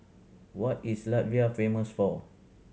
what is Latvia famous for